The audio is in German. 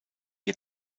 ihr